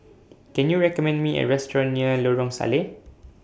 Can YOU recommend Me A Restaurant near Lorong Salleh